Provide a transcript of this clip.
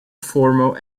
formal